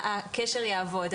הקשר יעבוד,